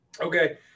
Okay